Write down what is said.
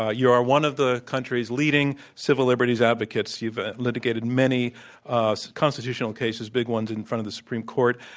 ah you are one of the country's leading civil liberties advocates. you've ah litigated many constitutional cases, big ones in front of the supreme court.